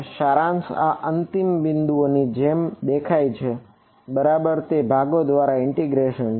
સારાંશ આ અંતિમ બિંદુઓની જેમ દેખાય છે બરાબર તે ભાગો દ્વારા ઇન્ટિગ્રેશન છે બરાબર